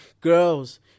girls